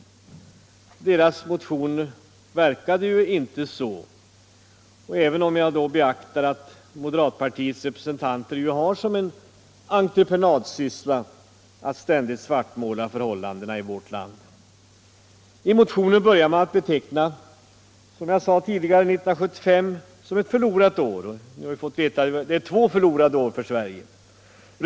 Det verkade inte så av deras motion att döma, inte ens om man beaktar att. moderatpartiets representanter har som entreprenadsyssla att ständigt svartmåla förhållandena i vårt land. I motionen börjar man med att, som jag tidigare sade, beteckna 28 1975 som ett förlorat år. Nu har vi fått veta att det är fråga om två förlorade år.